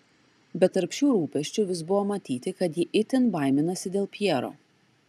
bet tarp šių rūpesčių vis buvo matyti kad ji itin baiminasi dėl pjero